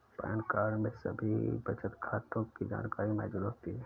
pan card में सभी बचत खातों की जानकारी मौजूद होती है